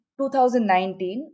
2019